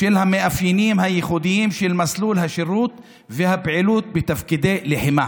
בשל המאפיינים הייחודיים של מסלול השירות והפעילות בתפקידי לחימה".